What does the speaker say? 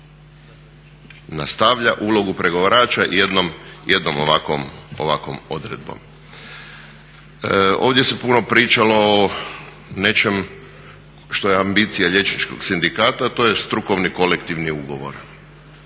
Nastavlja ulogu pregovarača jednom ovakvom odredbom. Ovdje se puno pričalo o nečem što je ambicija liječničkog sindikata a to je strukovni kolektivni ugovor.